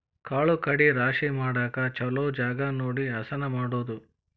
ಕಾಳು ಕಡಿ ರಾಶಿ ಮಾಡಾಕ ಚುಲೊ ಜಗಾ ನೋಡಿ ಹಸನ ಮಾಡುದು